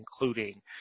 including